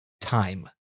time